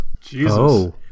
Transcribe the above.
Jesus